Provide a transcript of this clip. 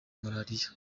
malariya